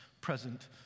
present